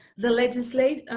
the legislation